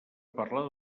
parlar